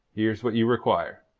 here's what you require.